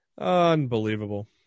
unbelievable